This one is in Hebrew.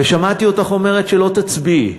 ושמעתי אותך אומרת שלא תצביעי.